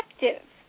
effective